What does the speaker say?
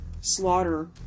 slaughter